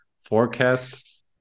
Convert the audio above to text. forecast